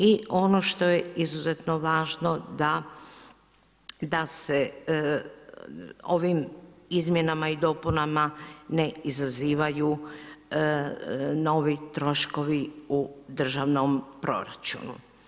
I ono što je izuzetno važno da se ovim izmjenama i dopunama ne izazivaju novi troškovi u državnom proračunu.